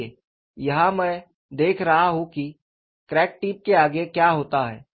देखिए यहां मैं देख रहा हूं कि क्रैक टिप के आगे क्या होता है